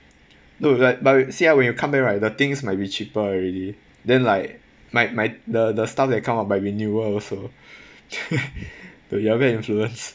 no like but whe~ see ah when you come back right the things might be cheaper already then like my my the the stuff that come out might be newer also the influence